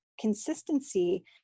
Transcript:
consistency